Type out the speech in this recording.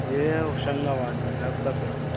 यह होशंगाबाद में नब्दापुरम